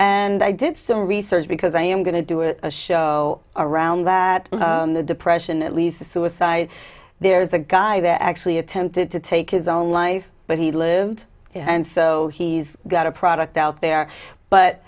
and i did some research because i am going to do a show around that the depression it leads to suicide there's a guy that actually attempted to take his own life but he lived and so he's got a product out there but